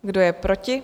Kdo je proti?